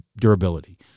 durability